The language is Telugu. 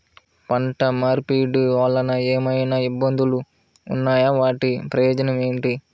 పంట మార్పిడి వలన ఏమయినా ఇబ్బందులు ఉన్నాయా వాటి ప్రయోజనం ఏంటి?